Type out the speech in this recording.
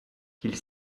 qu’il